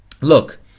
Look